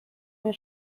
mir